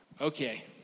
Okay